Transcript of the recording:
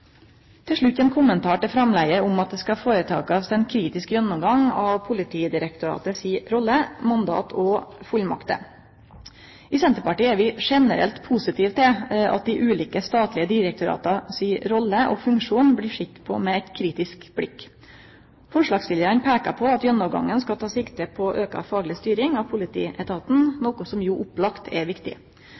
Til slutt ein kommentar til framlegget om at det skal gjerast ein kritisk gjennomgang av POD si rolle, deira mandat og fullmakter. I Senterpartiet er vi generelt positive til at ein ser på dei ulike statlege direktorata si rolle og deira funksjon med eit kritisk blikk. Framleggsstillarane peikar på at gjennomgangen skal ta sikte på auka fagleg styring av politietaten, noko som jo opplagt er viktig.